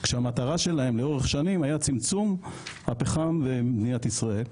כשהמטרה שלהם לאורך שנים היה צמצום הפחם למדינת ישראל.